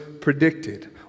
predicted